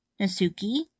Nasuki